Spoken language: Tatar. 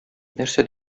нәрсә